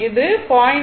அது 0